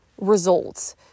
results